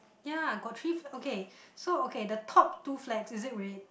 ya got three fl~ okay so okay the top two flags is it red